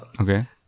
okay